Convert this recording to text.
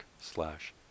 slash